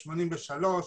כל הווירטואל,